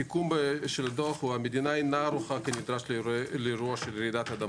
הסיכום של הדוח: המדינה אינה ערוכה כנדרש לאירוע של רעידת אדמה.